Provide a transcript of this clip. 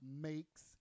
makes